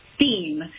theme